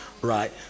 right